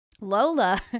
Lola